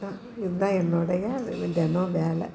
இதான் இதுதான் என்னுடைய தினம் வேலை